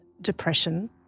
depression